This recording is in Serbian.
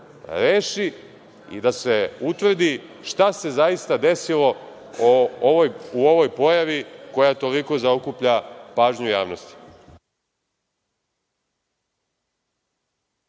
reši i da se utvrdi šta se zaista desilo u ovoj pojavi, koja toliko zaokuplja pažnju javnosti.